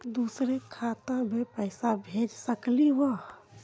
दुसरे खाता मैं पैसा भेज सकलीवह?